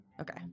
Okay